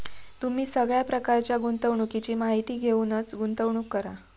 तुम्ही सगळ्या प्रकारच्या गुंतवणुकीची माहिती घेऊनच गुंतवणूक करा